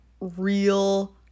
real